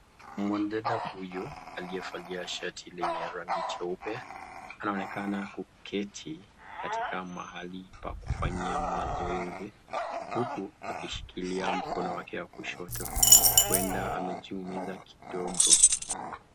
Wanadada huyu aliyevalia shati ya rangi jeupe anaonekana kuketi katika mahali pa kufanya mazoezi huku akishikilia mkono wake wa kushoto huenda amejiumiza kidogo.